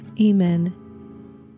Amen